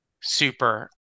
Super